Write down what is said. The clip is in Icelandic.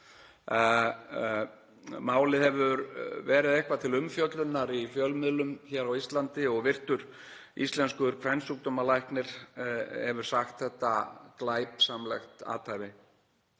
Málið hefur verið eitthvað til umfjöllunar í fjölmiðlum hér á Íslandi og virtur íslenskur kvensjúkdómalæknir hefur sagt þetta glæpsamlegt athæfi.